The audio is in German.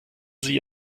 sie